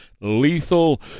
lethal